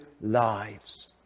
lives